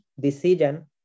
decision